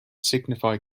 signify